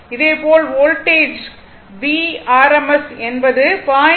இதேபோல் voltage Vrms என்பது 0